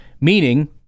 meaning